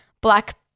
black